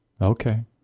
Okay